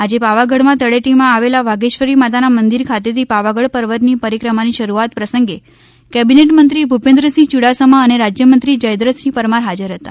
આજે પાવાગઢ તળેટીમાં આવેલા વાઘેશ્વરી માતાના મંદિર ખાતેથી પાવાગઢ પર્વતની પરિક્રમાની શરૂઆત પ્રસંગે કેબીનેટ મંત્રી ભુપેન્દ્રસિંહ યુડાસમા અને રાજ્યમંત્રી જયદ્રથસિંહ પરમાર હાજર હતા